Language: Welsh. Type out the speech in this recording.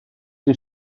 wyt